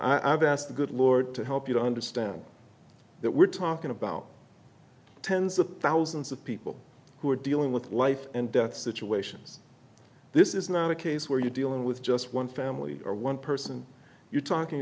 know i've asked the good lord to help you to understand that we're talking about tens of thousands of people who are dealing with life and death situations this is not a case where you're dealing with just one family or one person you're talking